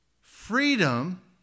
Freedom